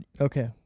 okay